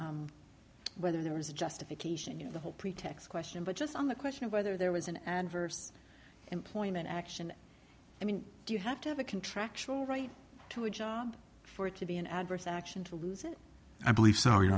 over whether there was justification in the whole pretext question but just on the question of whether there was an adverse employment action i mean do you have to have a contractual right to a job for it to be an adverse action to lose it i believe